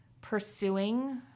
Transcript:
pursuing